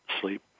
sleep